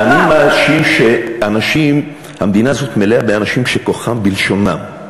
אני מאשים, המדינה הזאת מלאה באנשים שכוחם בלשונם,